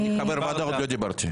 אני חבר ועדה ועוד לא דיברתי.